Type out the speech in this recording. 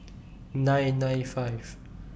nine nine five